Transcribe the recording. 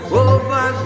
over